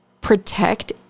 protect